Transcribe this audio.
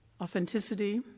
authenticity